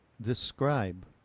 describe